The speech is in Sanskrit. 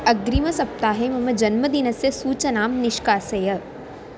अग्रिमसप्ताहे मम जन्मदिनस्य सूचनां निष्कासय